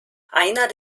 einer